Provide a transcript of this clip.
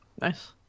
Nice